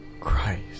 Christ